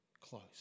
close